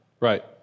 Right